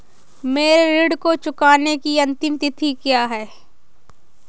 मेरे ऋण को चुकाने की अंतिम तिथि क्या है?